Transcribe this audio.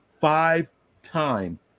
five-time